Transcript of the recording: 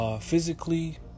physically